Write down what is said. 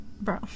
bro